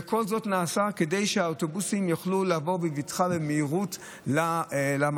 וכל זה נעשה כדי שהאוטובוסים יוכלו לעבור בבטחה ובמהירות למקום,